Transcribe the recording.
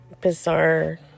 bizarre